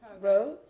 Rose